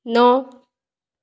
नौ